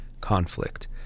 conflict